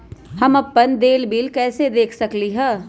हम अपन देल बिल कैसे देख सकली ह?